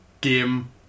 game